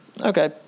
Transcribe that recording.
Okay